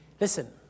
Listen